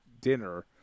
dinner